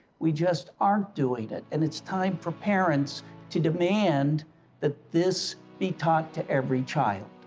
we just aren't doing it and it's time for parents to demand that this be taught to every child.